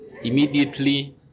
immediately